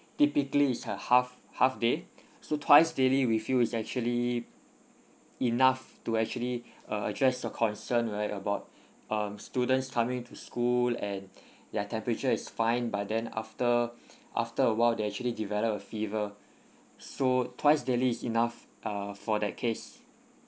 typically it's a half half day so twice daily with you is actually enough to actually uh just a concern right about um students coming to school and their temperature is fine but then after after a while they actually develop a fever so twice daily is enough uh for that case